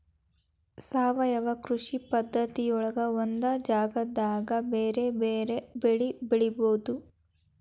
ಸಾವಯವ ಕೃಷಿ ಪದ್ಧತಿಯೊಳಗ ಒಂದ ಜಗದಾಗ ಬೇರೆ ಬೇರೆ ಬೆಳಿ ಬೆಳಿಬೊದು